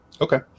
Okay